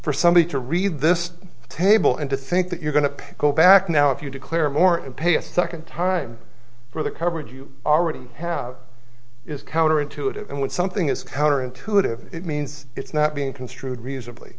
for somebody to read this table and to think that you're going to go back now if you declare more in pay a second time for the coverage you already have is counterintuitive and when something is counterintuitive it means it's not being construed reasonably